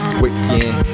wicked